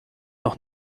noch